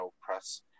press